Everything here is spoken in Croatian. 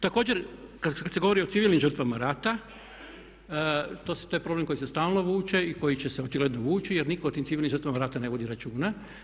Također kada se govori o civilnim žrtvama rata, to je problem koji se stalno vuče i koji će se očigledno vuči jer nitko o tim civilnim žrtvama rata ne vodi računa.